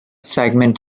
segment